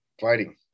fighting